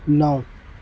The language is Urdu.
نو